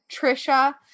Trisha